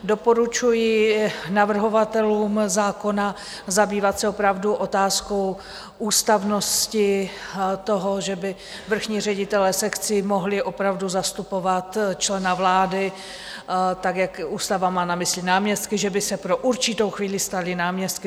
Doporučuji navrhovatelům zákona zabývat se opravdu otázkou ústavnosti toho, že by vrchní ředitelé sekcí mohli opravdu zastupovat člena vlády, jak ústava má na mysli, že by se pro určitou chvíli stali náměstky.